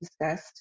discussed